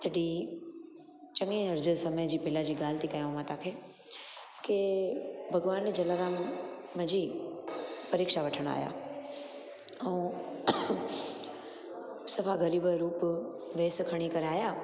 तॾहिं चङे अर्ज़ु समय जी पहिला जी ॻाल थी कयांव मां तव्हांखे की भॻवानु जलाराम जी परीक्षा वठणु आहियां ऐं सफ़ा ग़रीबु जो रूप वेसु खणी करे आहियां